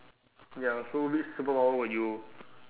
ya so which superpower would you